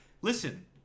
Listen